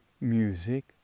music